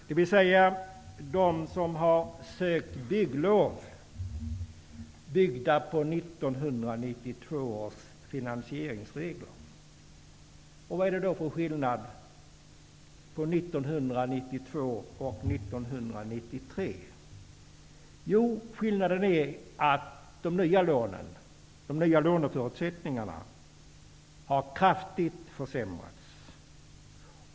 Det är platser där man sökt bygglov enligt 1992 års finansieringsregler. Vad är det då för skillnad på 1992 och 1993? Jo, de nya låneförutsättningarna har kraftigt försämrats.